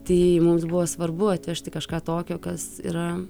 tai mums buvo svarbu atvežti kažką tokio kas yra